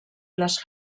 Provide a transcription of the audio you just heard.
les